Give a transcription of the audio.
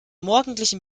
morgendlichen